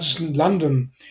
London